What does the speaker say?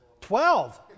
Twelve